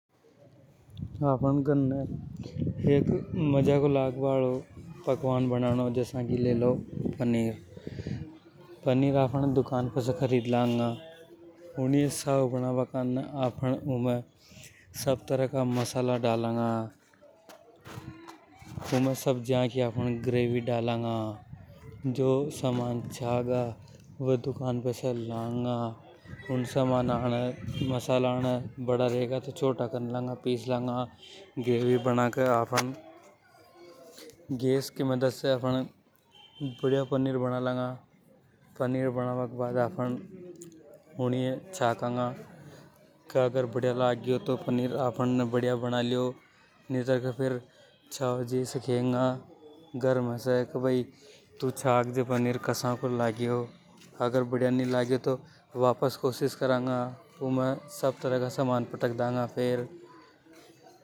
अपन घर ने मजाकों लाग बा हालो पकवान बनानो जसा की लेलो पनीर। पनीर आपन दुकान पे से खरीद लांगा। साव बना बा करने उमे सब तरह का मसाला डालांगा। उमें सब्जियां की ग्रेवी डालांगा उमें जो सामान छा गा वे डालना। वे दुकान पे से लांगा उन समान नामे छोटा कर लांगा बड़ा रेगा तो। ग्रेवी बना के आपन गैस की मदद से आपन बढ़िया पनीर बना लांगा। पनीर बना बा के बाद आपन ऊनियें छकागा के पनीर बढ़िया बनियों या नि। नितार फेर छाव जी से खेंगा घर में से के भय तू छक के दक पनीर कसा को लागों। अगर बढ़िया नि लागों तो फेर कोशिश करंगा।।